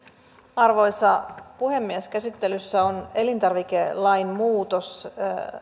arvoisa puhemies käsittelyssä on elintarvikelain muutos